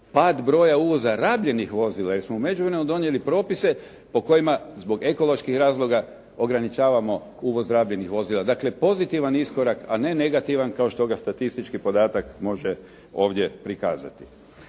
Pad broja uvoza rabljenih vozila jer smo u međuvremenu donijeli propise po kojima zbog ekoloških razloga ograničavamo uvoz rabljenih vozila. Dakle pozitivan iskorak, a ne negativan kao što ga statistički podatak može ovdje prikazati.